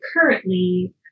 currently